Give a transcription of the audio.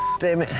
damn it.